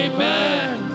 Amen